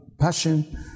passion